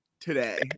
Today